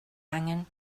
angen